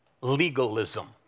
legalism